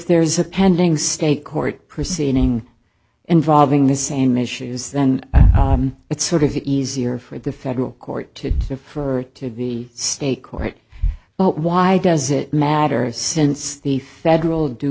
there is a pending state court proceeding involving the same issues then it sort of easier for the federal court to defer to the state court but why does it matter since the federal due